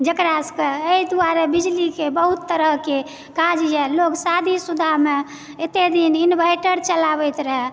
जकरा सबके अइ दुआरे बिजलीके बहुत तरहके काज येए लोग शादीशुदामे एते दिन इन्वर्टर चलाबैत रहए